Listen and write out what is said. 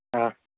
ಹಾಂ